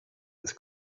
was